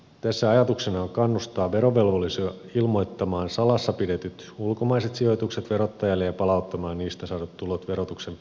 tässä ajatuksena on kannustaa verovelvollisia ilmoittamaan salassa pidetyt ulkomaiset sijoitukset verottajalle ja palauttamaan niistä saadut tulot verotuksen piiriin